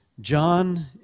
John